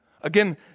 Again